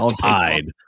tied